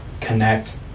connect